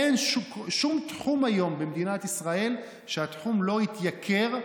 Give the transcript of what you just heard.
אין שום תחום היום במדינת ישראל שלא התייקר,